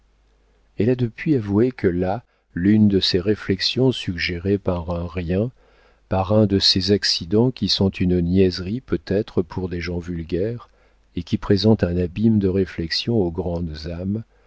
elle a depuis avoué que là l'une de ces réflexions suggérées par un rien par un de ces accidents qui sont une niaiserie peut-être pour des gens vulgaires et qui présentent un abîme de réflexions aux grandes âmes